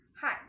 Hi